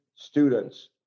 students